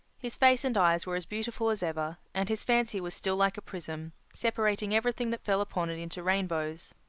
his face and eyes were as beautiful as ever, and his fancy was still like a prism, separating everything that fell upon it into rainbows.